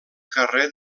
carrer